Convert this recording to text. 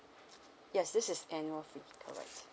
yes this is annual fee correct